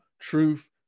truth